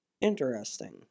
Interesting